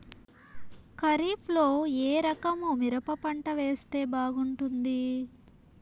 ఖరీఫ్ లో ఏ రకము మిరప పంట వేస్తే బాగుంటుంది